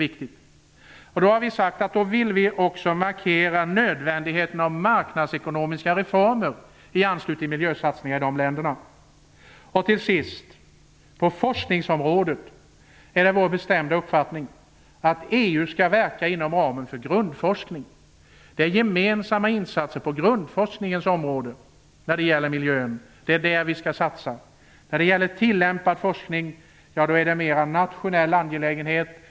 Vi har sagt att vi också vill markera nödvändigheten av marknadsekonomiska reformer i anslutning till miljösatsningar i dessa länder. Till sist: På forskningsområdet är det vår bestämda uppfattning att EU skall verka inom ramen för grundforskningen. Det är gemensamma insatser på grundforskningens område när det gäller miljön som vi skall satsa på. Tillämpad forskning är en mer nationell angelägenhet.